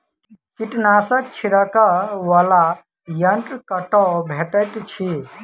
कीटनाशक छिड़कअ वला यन्त्र कतौ भेटैत अछि?